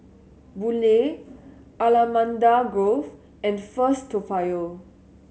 Boon Lay Allamanda Grove and First Toa Payoh